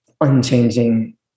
unchanging